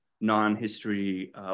non-history